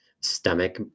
stomach